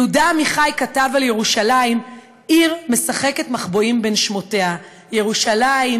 יהודה עמיחי כתב על ירושלים "העיר משחקת מחבואים בין שמותיה / ירושלים,